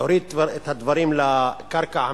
להוריד את הדברים לקרקע המציאות.